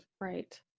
Right